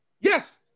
yes